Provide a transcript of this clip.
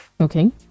Okay